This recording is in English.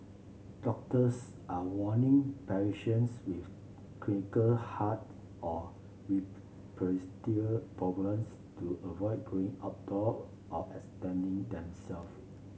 doctors are warning patients with chronic heart or respiratory problems to avoid going outdoor or exerting themself